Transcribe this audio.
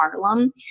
Harlem